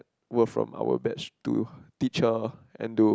work from our batch to teach her and do